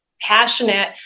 passionate